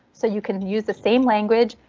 so you can use the same language,